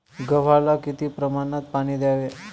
गव्हाला किती प्रमाणात पाणी द्यावे?